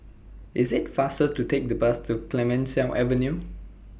IT IS faster to Take The Bus to Clemenceau Avenue